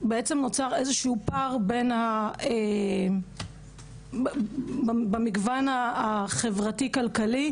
בעצם נוצר איזה שהוא פער במגוון החברתי - כלכלי,